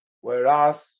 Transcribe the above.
whereas